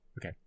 okay